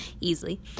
easily